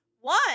one